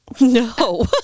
no